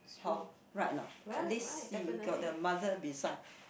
hor right or not at least he got the mother beside